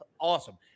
awesome